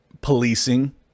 policing